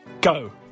Go